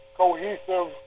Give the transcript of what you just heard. cohesive